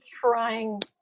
trying